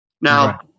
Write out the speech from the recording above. now